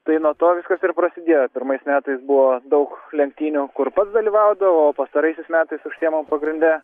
tai nuo to viskas ir prasidėjo pirmais metais buvo daug lenktynių kur pats dalyvaudavau o pastaraisiais metais užsiimu pagrinde